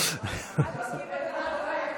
אחת הסכימה בוודאות.